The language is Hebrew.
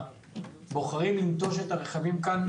בוחרים לנטוש את הרכבים אצלנו,